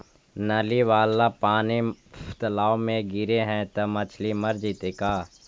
नली वाला पानी तालाव मे गिरे है त मछली मर जितै का?